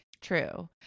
True